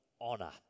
honor